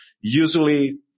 usually